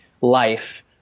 life